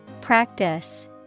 Practice